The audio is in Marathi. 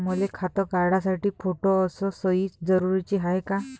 मले खातं काढासाठी फोटो अस सयी जरुरीची हाय का?